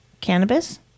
Cannabis